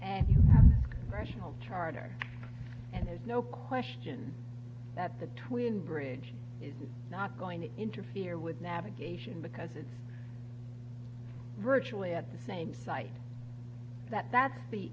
you rational charter and there's no question that the twin bridge is not going to interfere with navigation because it's virtually at the same site that that's the